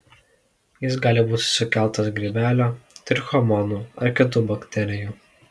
jis gali būti sukeltas grybelio trichomonų ar kitų bakterijų